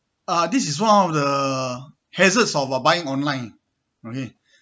ah this is one of the hazards of while buying online okay